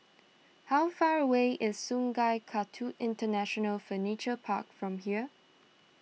how far away is Sungei Kadut International Furniture Park from here